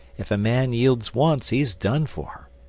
if a man yields once he's done for,